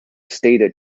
stated